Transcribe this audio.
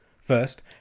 First